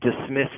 dismiss